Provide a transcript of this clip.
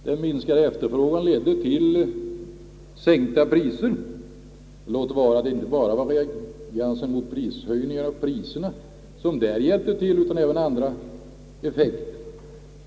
Den minskade efterfrågan ledde till sänkta priser, låt vara att det inte bara var reagensen mot priserna och prishöjningarna som hjälpte till, utan även andra effekter.